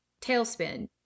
Tailspin